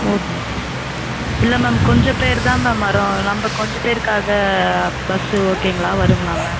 okay இல்லை ma'am கொஞ்சம் பேர் தான் மேம் வரோம் நம்ப கொஞ்சம் பேருக்காக பஸ் ஓகேங்களா வருங்களா மேம்